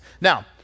Now